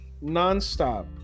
Non-stop